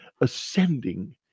ascending